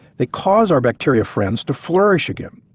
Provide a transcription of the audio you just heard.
they cause our bacteria friends to flourish again,